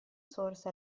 source